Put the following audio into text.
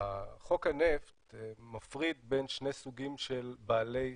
חוק הנפט מפריד בין שני סוגים של בעלי חזקה.